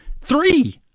three